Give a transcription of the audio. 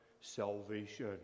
salvation